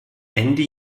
ende